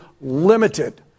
limited